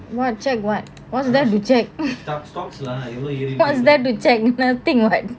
what check what what's there to check what is there to check you nothing [what]